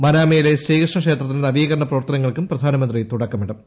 മനാമയിലെ ശ്രീകൃഷ്ണക്ഷേത്രത്തിന്റെ നീപ്പീക്രണ പ്രവർത്തനങ്ങൾക്കും പ്രധാനമന്ത്രി തുടക്കമിടും